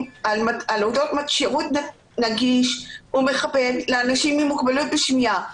על מתן שירות נגיש ומכבד לאנשים עם מוגבלות בשמיעה